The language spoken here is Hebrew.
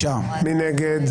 מי נגד?